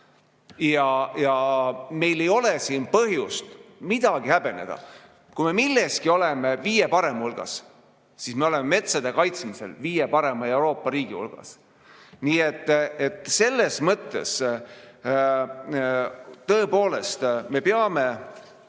Meil ei ole siin põhjust midagi häbeneda. Kui me milleski oleme viie parema hulgas, siis me oleme metsade kaitsmisel viie parema Euroopa riigi hulgas. Nii et selles mõttes tõepoolest, kui me